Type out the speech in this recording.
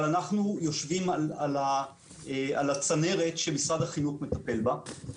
אבל אנחנו יושבים על הצנרת שמשרד החינוך מטפל בה.